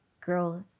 growth